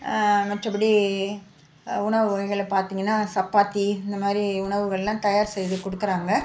மற்றபடி உணவு வகைகள்ல பார்த்திங்கன்னா சப்பாத்தி இந்த மாதிரி உணவுகள்லாம் தயார் செய்து கொடுக்குறாங்க